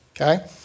okay